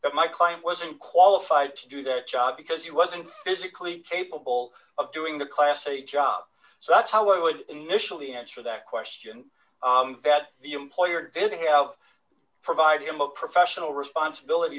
that my client wasn't qualified to do that job because he wasn't physically capable of doing the class a job so that's how i would initially answer that question that the employer didn't have to provide him of professional responsibility